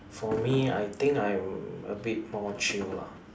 for me I think I'm a bit more chill lah